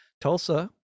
Tulsa